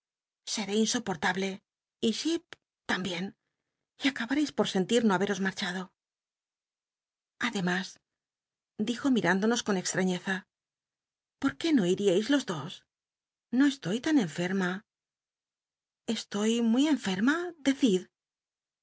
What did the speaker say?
scé insoportable y jip tambicn y acabareis por sentir o haberos marchado ademas dijo midndonos con ex trañeza por qué no iriais los dos no estoy tan enferma estoy muy cnfema decid